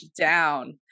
down